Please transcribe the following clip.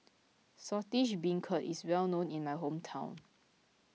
Saltish Beancurd is well known in my hometown